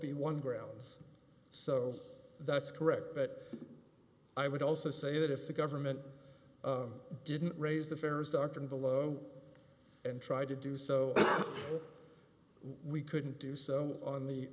b one grounds so that's correct but i would also say that if the government didn't raise the fares doctrine below and tried to do so we couldn't do so on the